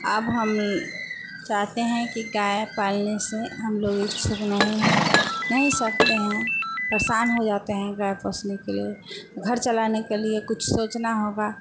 अब हम चाहते हैं कि गाय पालने से हम लोग इच्छुक नहीं हैं नहीं सकते हैं परेशान हो जाते हैं गाय पोसने के लिए घर चलाने के लिए कुछ सोचना होगा